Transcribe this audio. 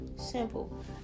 simple